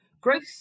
growth